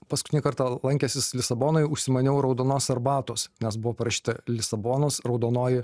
paskutinį kartą lankęsis lisabonoj užsimaniau raudonos arbatos nes buvo parašyta lisabonos raudonoji